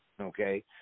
okay